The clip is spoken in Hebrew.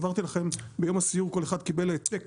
העברתי לכם ביום הסיור כל אחד קיבל העתק